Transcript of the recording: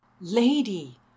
lady